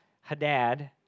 Hadad